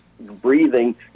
breathing